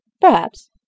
Perhaps